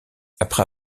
après